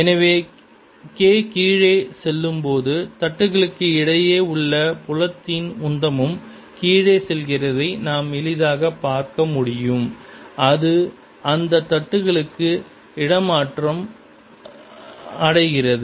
எனவே K கீழே செல்லும்போது தட்டுகளுக்கு இடையே உள்ள புலத்தின் உந்தமும் கீழே செல்கிறதை நாம் எளிதாக பார்க்க முடியும் அது அந்த தட்டுகளுக்கு இடமாற்றம் அடைகிறது